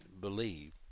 believe